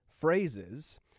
phrases